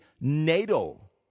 NATO